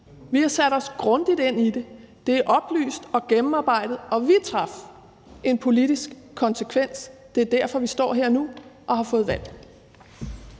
Vi har sat os grundigt ind i det; det er oplyst og gennemarbejdet. Og vi drog en politisk konsekvens. Det er derfor, vi står her nu og har fået et valg.